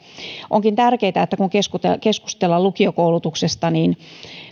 onkin tärkeätä että kun keskustellaan keskustellaan lukiokoulutuksesta